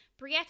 Brietta